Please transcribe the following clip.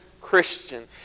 Christian